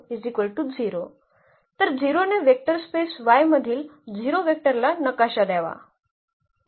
तर 0 ने vector space Y मधील 0 वेक्टरला नकाशा द्यावा